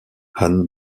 han